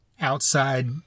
outside